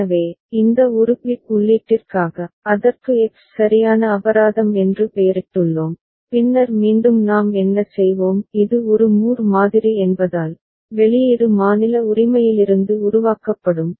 எனவே இந்த ஒரு பிட் உள்ளீட்டிற்காக அதற்கு எக்ஸ் சரியான அபராதம் என்று பெயரிட்டுள்ளோம் பின்னர் மீண்டும் நாம் என்ன செய்வோம் இது ஒரு மூர் மாதிரி என்பதால் வெளியீடு மாநில உரிமையிலிருந்து உருவாக்கப்படும்